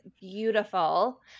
beautiful